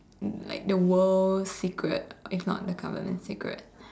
like the world secret it's not the covenant secret